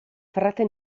frate